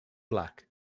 black